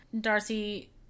Darcy